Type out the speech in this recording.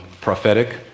prophetic